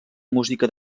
música